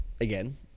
again